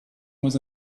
was